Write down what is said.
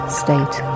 state